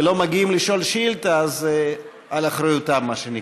ולא מגיעים לשאול שאילתה, על אחריותם, מה שנקרא.